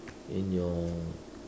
in your